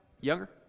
Younger